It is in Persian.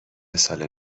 سال